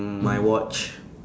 mm my watch